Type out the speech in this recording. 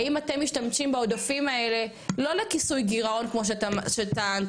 האם אתם משתמשים בעודפים האלה לא לכיסוי גרעון כמו שטענתם,